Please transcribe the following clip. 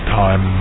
time